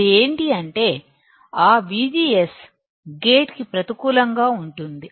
అది ఏంటి అంటే ఆ VGS గేట్ ప్రతికూలంగా ఉంది